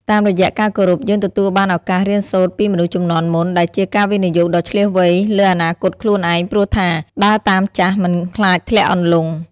តាមរយៈការគោរព យើងទទួលបានឱកាសរៀនសូត្រពីមនុស្សជំនាន់មុន ដែលជាការវិនិយោគដ៏ឈ្លាសវៃលើអនាគតខ្លួនឯង ព្រោះថា "ដើរតាមចាស់ មិនខ្លាចធ្លាក់អន្លង់"។